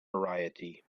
variety